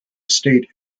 estate